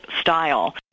style